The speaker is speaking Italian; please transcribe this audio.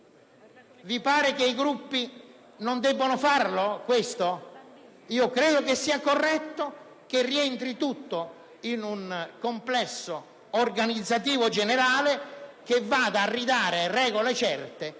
Vi pare che i Gruppi non debbano farlo? Credo che sia corretto che tutto ciò rientri in un complesso organizzativo generale che vada a ridare regole certe,